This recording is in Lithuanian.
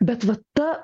bet va ta